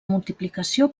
multiplicació